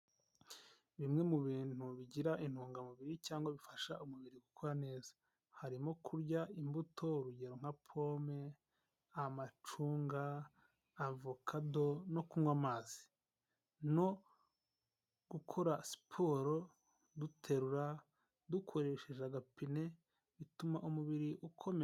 Bimwe mu bintu bigira intungamubiri cyangwa bifasha umubiri gukora neza, harimo kurya imbuto urugero nka pome, amacunga, avokado no kunywa amazi, no gukora siporo duterura dukoresheje agapine bituma umubiri ukomera.